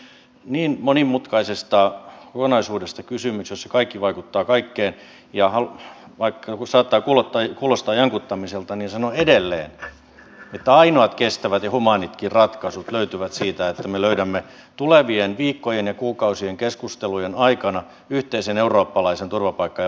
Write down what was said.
eli siis tässä on niin monimutkaisesta kokonaisuudesta kysymys että siinä kaikki vaikuttaa kaikkeen ja vaikka saattaa kuulostaa jankuttamiselta niin sanon edelleen että ainoat kestävät ja humaanitkin ratkaisut löytyvät siitä että me löydämme tulevien viikkojen ja kuukausien keskustelujen aikana yhteisen eurooppalaisen turvapaikka ja maahanmuuttopolitiikan linjan